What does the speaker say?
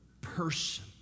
person